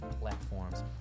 platforms